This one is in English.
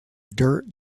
dirt